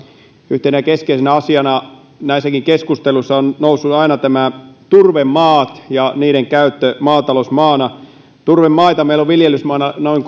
yhtenä keskeisenä asiana näissäkin keskusteluissa ovat nousseet aina turvemaat ja niiden käyttö maatalousmaana turvemaita meillä on viljelysmaina noin